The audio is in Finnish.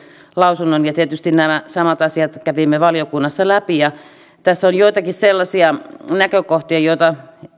lausunnon ja tietysti nämä samat asiat kävimme valiokunnassa läpi tässä on joitakin sellaisia näkökohtia